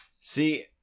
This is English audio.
See